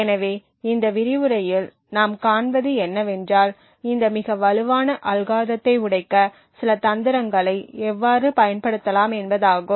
எனவே இந்த விரிவுரையில் நாம் காண்பது என்னவென்றால் இந்த மிக வலுவான அல்காரிதத்தை உடைக்க சில தந்திரங்களை எவ்வாறு பயன்படுத்தலாம் என்பதாகும்